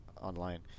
online